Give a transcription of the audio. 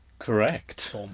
Correct